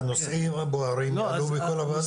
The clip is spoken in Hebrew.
שהנושאים הבוערים לנו בכל הוועדות.